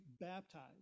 baptized